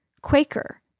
Quaker